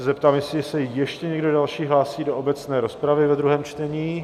Zeptám se, jestli se ještě někdo další hlásí do obecné rozpravy ve druhém čtení?